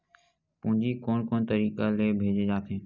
पूंजी कोन कोन तरीका ले भेजे जाथे?